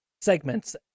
segments